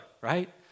right